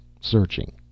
searching